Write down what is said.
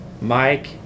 Mike